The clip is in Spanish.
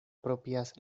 propias